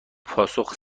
پاسخ